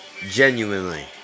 genuinely